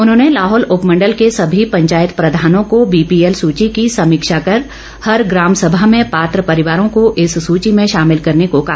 उन्होंने लाहौल उपमंडल के सभी पंचायत प्रधानों को बीपीएल सुची की समीक्षा कर हर ग्रामसभा में पात्र परिवारों को इस सूची में शामिल करने को कहा